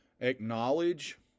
acknowledge